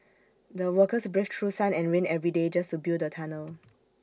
the workers braved through sun and rain every day just to build the tunnel